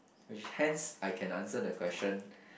which is hence I can answer the question